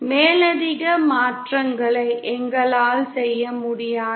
மேலதிக மாற்றங்களை எங்களால் செய்ய முடியாது